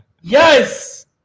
Yes